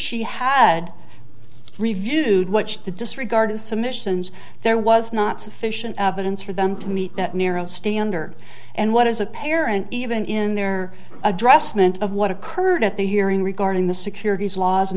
she had reviewed watched the disregard of submissions there was not sufficient evidence for them to meet that narrow standard and what is apparent even in their address meant of what occurred at the hearing regarding the securities laws and